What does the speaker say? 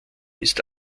ist